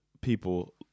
people